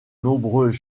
nombreux